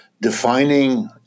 defining